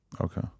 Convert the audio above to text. Okay